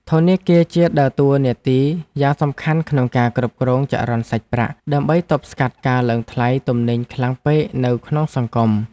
ធនាគារជាតិដើរតួនាទីយ៉ាងសំខាន់ក្នុងការគ្រប់គ្រងចរន្តសាច់ប្រាក់ ដើម្បីទប់ស្កាត់ការឡើងថ្លៃទំនិញខ្លាំងពេកនៅក្នុងសង្គម។